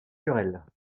querelles